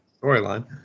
storyline